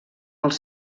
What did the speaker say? els